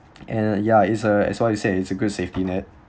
and ya it's uh as what you said it's a good safety net